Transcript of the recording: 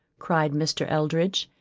cried mr. eldridge,